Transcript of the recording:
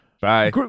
Bye